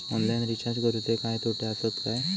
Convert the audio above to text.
Online recharge करुचे काय तोटे आसत काय?